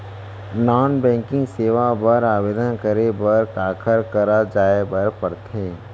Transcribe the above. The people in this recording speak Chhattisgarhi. नॉन बैंकिंग सेवाएं बर आवेदन करे बर काखर करा जाए बर परथे